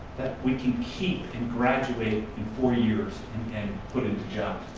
that we can keep and graduate in four years and put into jobs.